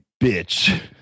bitch